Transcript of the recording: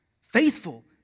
faithful